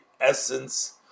essence